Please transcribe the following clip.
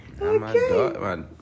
Okay